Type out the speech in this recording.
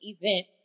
event